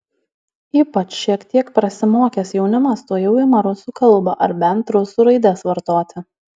ypač šiek tiek prasimokęs jaunimas tuojau ima rusų kalbą ar bent rusų raides vartoti